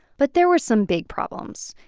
but there were some big problems.